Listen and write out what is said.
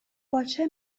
باچه